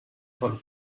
von